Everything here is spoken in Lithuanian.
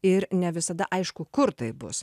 ir ne visada aišku kur tai bus